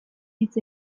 hitz